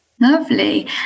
Lovely